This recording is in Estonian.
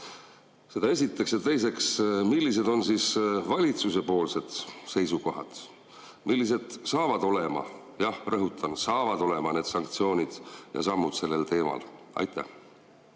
Seda esiteks. Ja teiseks, millised on valitsuse seisukohad? Millised saavad olema – jah, rõhutan: saavad olema – need sanktsioonid ja sammud sellel teemal? Kaja